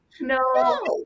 No